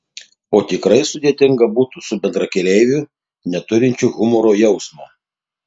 o tikrai sudėtinga būtų su bendrakeleiviu neturinčiu humoro jausmo